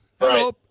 Hello